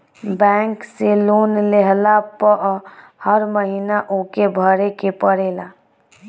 bank से loan लेहला पअ हर महिना ओके भरे के पड़ेला